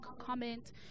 comment